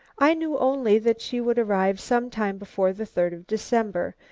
i knew only that she would arrive sometime before the third of december.